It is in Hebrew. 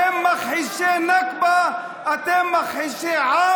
הנכבה, דבר למנסור, לא אלינו.